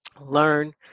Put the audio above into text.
learn